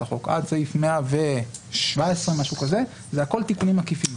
החוק עד סעיף 117 או משהו כזה זה הכול תיקונים עקיפים.